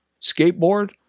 skateboard